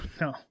no